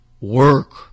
work